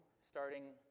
starting